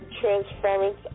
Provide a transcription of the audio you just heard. transference